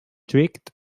tricked